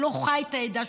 שלא חי את העדה,